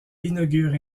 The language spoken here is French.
inaugure